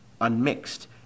unmixed